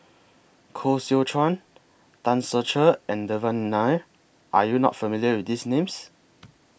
Koh Seow Chuan Tan Ser Cher and Devan Nair Are YOU not familiar with These Names